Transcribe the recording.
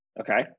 Okay